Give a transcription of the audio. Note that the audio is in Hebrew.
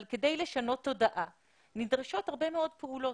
אבל כדי לשנות תודעה נדרשות הרבה מאוד פעולות,